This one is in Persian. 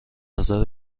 نظر